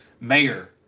mayor